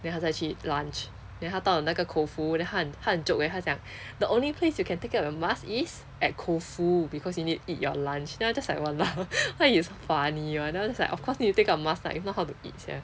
then 他才去 lunch then 他到了那个 koufu then 他很他很 joke eh 他就讲 the only place you can take out your mask is at koufu because you need to eat your lunch then 我 just like !walao! why he is so funny [one] then 我 just like of course need to take out mask lah if not how to eat sia